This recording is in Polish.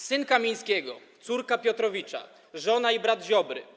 Syn Kamińskiego, córka Piotrowicza, żona i brat Ziobry.